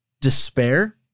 despair